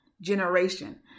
generation